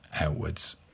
outwards